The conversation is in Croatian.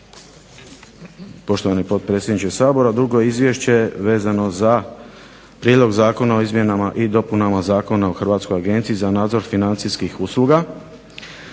Poštovani potpredsjedniče Sabora. Drugo je izvješće vezano za Prijedlog zakona o izmjenama i dopunama Zakona o Hrvatskoj agenciji za nadzor financijskih usluga.